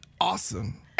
awesome